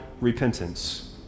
repentance